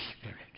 Spirit